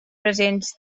presents